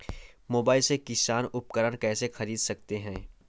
Mobile से किसान उपकरण कैसे ख़रीद सकते है?